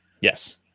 Yes